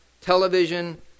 television